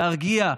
להרגיע,